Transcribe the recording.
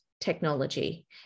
technology